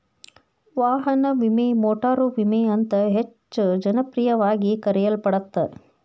ವಾಹನ ವಿಮೆ ಮೋಟಾರು ವಿಮೆ ಅಂತ ಹೆಚ್ಚ ಜನಪ್ರಿಯವಾಗಿ ಕರೆಯಲ್ಪಡತ್ತ